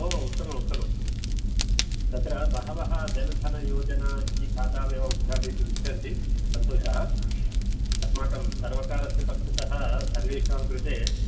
ओ उत्तम उत्तमम् तत्र बहवः जन्धनयोजना इति खाताम् एव उदघाटयितुम् इच्छन्ति सन्तोषः अस्माकं सर्वकारस्य पक्षतः सर्वेषां कृते